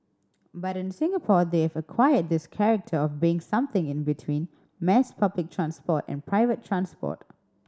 but in Singapore they've acquired this character of being something in between mass public transport and private transport